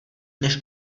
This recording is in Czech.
než